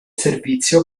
servizio